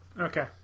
Okay